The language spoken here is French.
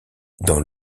dans